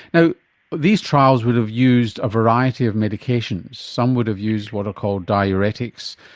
now these trials would have used a variety of medications, some would have used what are called diuretics,